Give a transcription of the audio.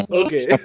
okay